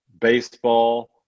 baseball